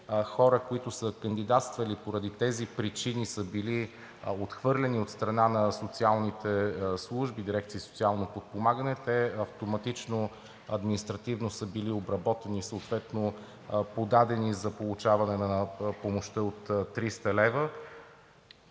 хора, които са кандидатствали, но поради тези причини са били отхвърлени от страна на социалните служби – дирекция „Социално подпомагане“, те автоматично административно са били обработвани, съответно подадени за получаване на помощта от 300 лв.,